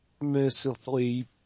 mercifully